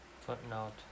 footnote